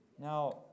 now